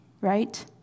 Right